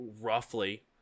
Roughly